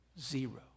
zero